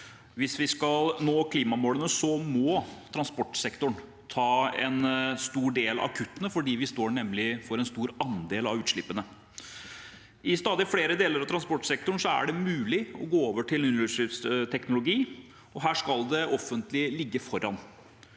Hvis vi skal nå klimamålene, må transportsektoren ta en stor del av kuttene, for de står for en stor andel av utslippene. I stadig flere deler av transportsektoren er det mulig å gå over til nullutslippsteknologi, og her skal det offentlige ligge foran.